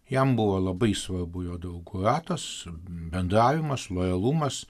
jam buvo labai svarbu jo draugų ratas bendravimas lojalumas